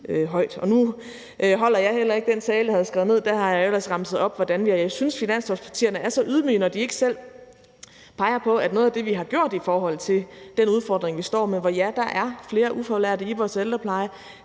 Nu holder jeg heller ikke den tale, jeg havde skrevet ned. Der havde jeg ellers remset op, hvordan jeg synes finanslovspartierne er så ydmyge, når de ikke selv peger på noget af det, vi har gjort i forhold til den udfordring, vi står med, hvor der er flere ufaglærte i vores ældrepleje.